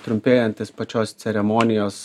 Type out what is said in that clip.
trumpėjantis pačios ceremonijos